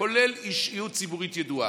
כולל אישיות ציבורית ידועה.